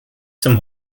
zum